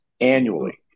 annually